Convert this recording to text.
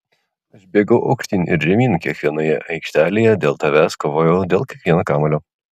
aš bėgau aukštyn ir žemyn kiekvienoje aikštelėje dėl tavęs kovojau dėl kiekvieno kamuolio